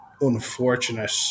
unfortunate